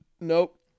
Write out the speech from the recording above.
Nope